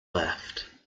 left